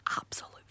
absolute